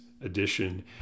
edition